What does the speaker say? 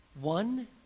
One